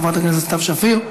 חברת הכנסת סתיו שפיר,